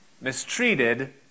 mistreated